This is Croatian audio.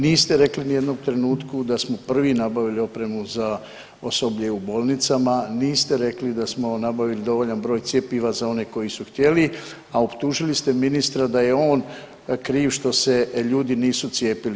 Niste rekli ni u jednom trenutku da smo prvi nabavili opremu za osoblje u bolnicama, niste rekli da smo nabavili dovoljan broj cjepiva za one koji su htjeli, a optužili ste ministra da je on kriv što se ljudi nisu cijepili.